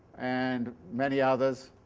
and many others,